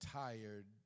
tired